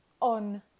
on